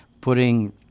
putting